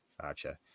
Gotcha